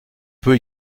peut